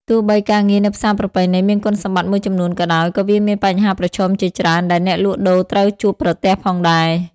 ទោះបីការងារនៅផ្សារប្រពៃណីមានគុណសម្បត្តិមួយចំនួនក៏ដោយ ក៏វាមានបញ្ហាប្រឈមជាច្រើនដែលអ្នកលក់ដូរត្រូវជួបប្រទះផងដែរ។